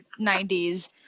90s